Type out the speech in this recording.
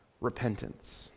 repentance